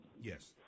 Yes